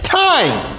time